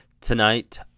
tonight